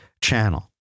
channel